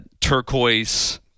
turquoise